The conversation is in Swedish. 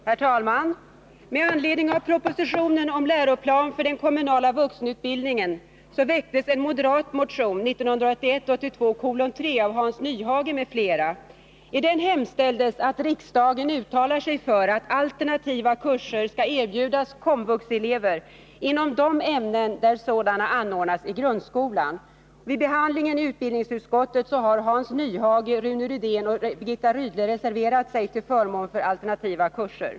Herr talman! Med anledning av propositionen om läroplan för den kommunala vuxenutbildningen väcktes en moderat motion, 1981/82:3, av Hans Nyhage m.fl. I den hemställdes att riksdagen uttalar sig för att alternativa kurser skall erbjudas KOMVUX-elever inom de ämnen där sådana anordnas i grundskolan. Vid behandlingen i utbildningsutskottet har Hans Nyhage, Rune Rydén och Birgitta Rydle reserverat sig till förmån för alternativa kurser.